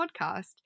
podcast